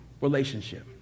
relationship